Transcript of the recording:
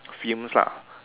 films lah